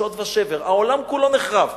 שוד ושבר, העולם כולו נחרב.